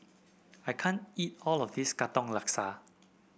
I can't eat all of this Katong Laksa